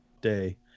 day